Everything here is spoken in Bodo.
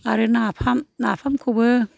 आरो नाफाम नाफामखौबो